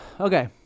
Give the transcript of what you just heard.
okay